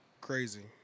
Crazy